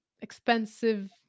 expensive